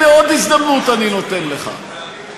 הנה עוד הזדמנות אני נותן לך,